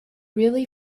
really